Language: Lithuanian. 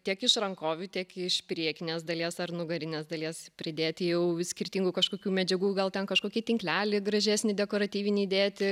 tiek iš rankovių tiek iš priekinės dalies ar nugarinės dalies pridėti jau skirtingų kažkokių medžiagų gal ten kažkokį tinklelį gražesnį dekoratyvinį dėti